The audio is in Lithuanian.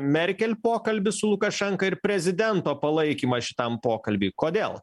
merkel pokalbį su lukašenka ir prezidento palaikymą šitam pokalbiui kodėl